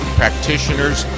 practitioners